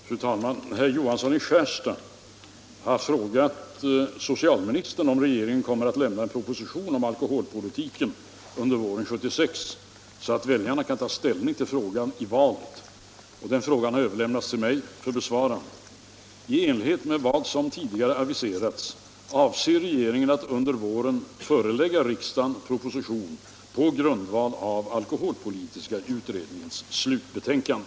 Fru talman! Herr Johansson i Skärstad har frågat socialministern om regeringen kommer att lämna en proposition om alkoholpolitiken under våren 1976 så att väljarna kan ta ställning till frågan i valet. Frågan har överlämnats till mig för besvarande. I enlighet med vad som tidigare aviserats avser regeringen att under våren förelägga riksdagen proposition på grundval av alkoholpolitiska utredningens slutbetänkande.